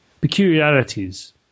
peculiarities